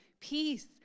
peace